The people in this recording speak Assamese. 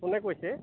কোনে কৈছে